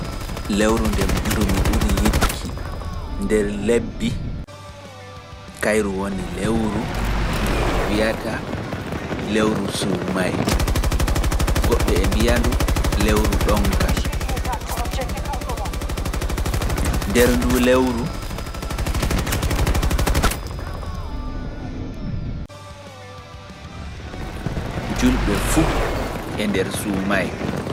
Lewrundu mi ɓuri yiɗugo kairu woni lewru ɗonka. Lewru donnka no nbelndu soasi gam sarde nden julɓe e nder suumaye.